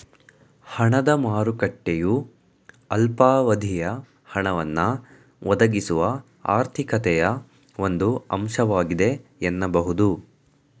ಹಣದ ಮಾರುಕಟ್ಟೆಯು ಅಲ್ಪಾವಧಿಯ ಹಣವನ್ನ ಒದಗಿಸುವ ಆರ್ಥಿಕತೆಯ ಒಂದು ಅಂಶವಾಗಿದೆ ಎನ್ನಬಹುದು